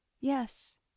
Yes